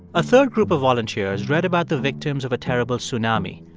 a third group of volunteers read about the victims of a terrible tsunami.